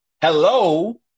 Hello